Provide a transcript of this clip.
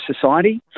society